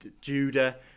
Judah